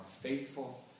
faithful